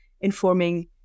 informing